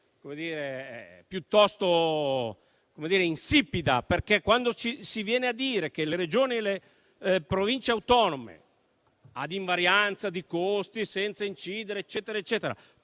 piuttosto insipida. Ci si viene a dire che le Regioni e le Province autonome ad invarianza di costi, senza incidere, eccetera,